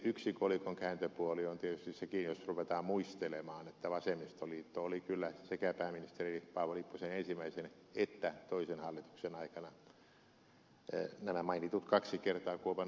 yksi kolikon kääntöpuoli on tietysti sekin jos ruvetaan muistelemaan että vasemmistoliitto oli kyllä sekä pääministeri paavo lipposen ensimmäisen että toisen hallituksen aikana kaksi kertaa itse taittamassa näitä ed